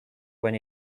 when